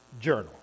journal